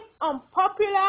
unpopular